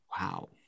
Wow